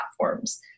platforms